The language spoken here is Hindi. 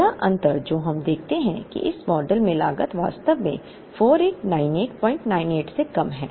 पहला अंतर जो हम देखते हैं कि इस मॉडल में लागत वास्तव में 489898 से कम है